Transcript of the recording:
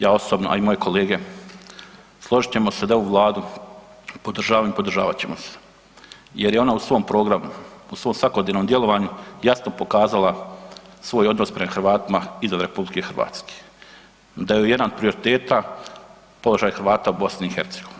Ja osobno, a i moje kolege složit ćemo se da ovu Vladu podržavam i podržavat ćemo se jer je ona u svom programu, u svom svakodnevnom djelovanju jasno pokazala svoj odnos prema Hrvatima izvan RH, da joj je jedan od prioriteta položaj Hrvata u BiH.